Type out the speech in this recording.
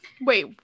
Wait